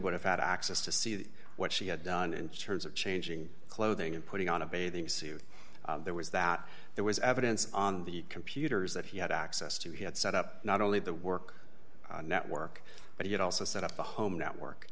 would have had access to see the what she had done in terms of changing clothing and putting on a bathing suit there was that there was evidence on the computers that he had access to he had set up not only the work network but he had also set up the home network